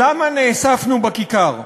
לָמה נאספנו בכיכר?